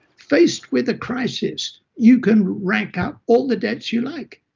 faced with a crisis, you can rack up all the debts you like.